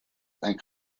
and